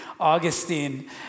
Augustine